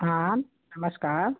हाँ नमस्कार